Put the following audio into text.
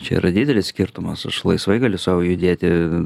čia yra didelis skirtumas aš laisvai gali sau judėti